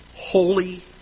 Holy